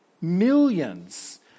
millions